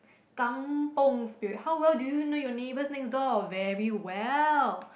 kampung Spirit how well do you know your neighbours next door very well